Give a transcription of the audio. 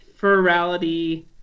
Ferality